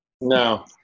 No